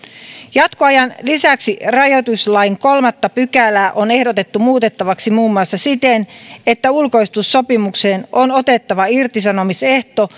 jatkoajan lisäksi rajoituslain kolmatta pykälää on ehdotettu muutettavaksi muun muassa siten että ulkoistussopimukseen on otettava irtisanomisehto